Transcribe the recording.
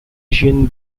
asian